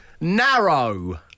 Narrow